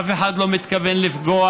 אף אחד לא מתכוון לפגוע.